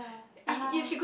ah